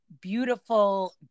beautiful